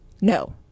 no